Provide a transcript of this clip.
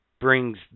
brings